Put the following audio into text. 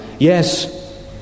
Yes